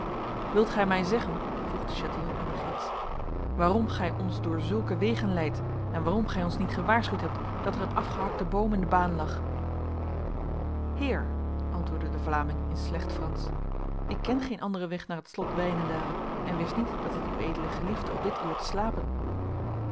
wilt gij mij zeggen vroeg de chatillon aan de gids waarom gij ons door zulke wegen leidt en waarom gij ons niet gewaarschuwd hebt dat er een afgehakte boom in de baan lag heer antwoordde de vlaming in slecht frans ik ken geen andere weg naar het slot wijnendale en wist niet dat het uedele geliefde op dit uur te slapen